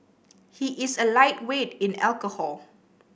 he is a lightweight in alcohol